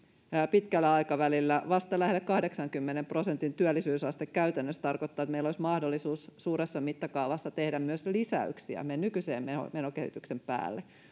pitkällä aikavälillä vasta lähes kahdeksankymmenen prosentin työllisyysaste käytännössä tarkoittaa että meillä olisi mahdollisuus suuressa mittakaavassa tehdä myös lisäyksiä meidän nykyisen menokehyksen päälle